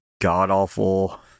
god-awful